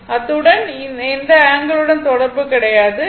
அத்துடன் எந்த ஆங்கிள் உடன் தொடர்பு கிடையாது